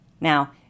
Now